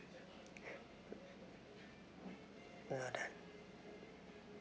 ya done